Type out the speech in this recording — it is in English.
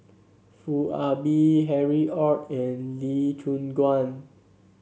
Foo Ah Bee Harry Ord and Lee Choon Guan